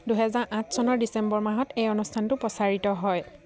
দুহেজাৰ আঠ চনৰ ডিচেম্বৰ মাহত এই অনুষ্ঠানটো প্ৰচাৰিত হয়